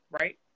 right